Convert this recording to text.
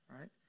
right